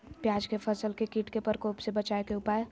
प्याज के फसल के कीट के प्रकोप से बचावे के उपाय?